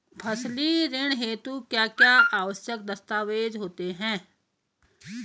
फसली ऋण हेतु क्या क्या आवश्यक दस्तावेज़ होते हैं?